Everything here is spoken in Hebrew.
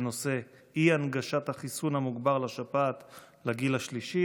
בנושא: אי-הנגשת החיסון המוגבר לשפעת לגיל השלישי.